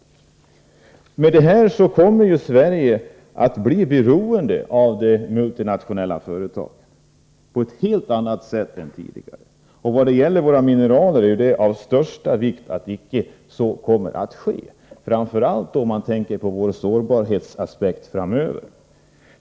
Härigenom kommer Sverige att bli beroende av de multinationella företagen på ett helt annat sätt än tidigare. När det gäller våra mineraler är det av största vikt att så inte kommer att ske, framför allt med tanke på vår sårbarhet framöver.